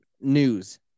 news